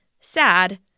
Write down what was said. sad